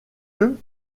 lieu